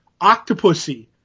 Octopussy